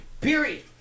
period